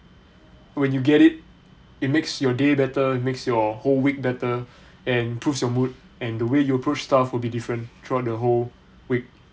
when you get it it makes your day better it makes your whole week better and improves your mood and the way you approach stuff would be different throughout the whole week